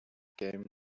game